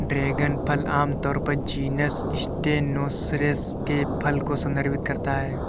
dragon फल आमतौर पर जीनस स्टेनोसेरेस के फल को संदर्भित करता है